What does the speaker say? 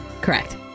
Correct